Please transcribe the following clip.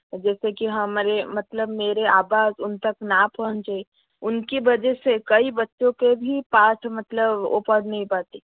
जैसे कि हमारी मतलब मेरी आवाज़ उन तक ना पहुंचे उनकी वजह से कई बच्चों का भी पाठ मतलब वो पढ़ नहीं पाते